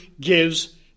gives